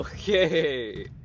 Okay